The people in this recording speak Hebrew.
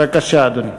בבקשה, אדוני.